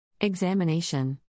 examination